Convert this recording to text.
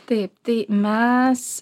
taip tai mes